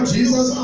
Jesus